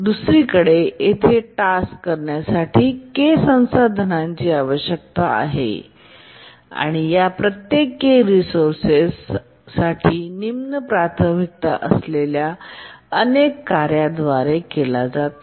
दुसरीकडे येथे टास्क करण्यासाठी K संसाधनांची आवश्यकता आहे आणि या प्रत्येक K रिसोर्सेस वापर निम्न प्राथमिकता असलेल्या अनेक कार्यांद्वारे केला जातो